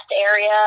area